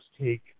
take